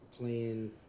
playing